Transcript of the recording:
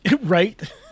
Right